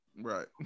Right